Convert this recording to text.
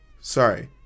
sorry